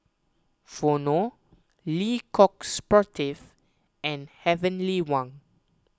Vono Le Coq Sportif and Heavenly Wang